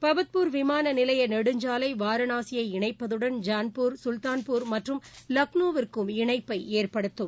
பபத்பூர் விமான நிலைய நெடுஞ்சாலை வாரணாசியை இணைப்பதுடன் ஜான்பூர் கல்தான்பூர் மற்றும் லக்னேவிற்கும் இணைப்பை ஏற்படுத்தும்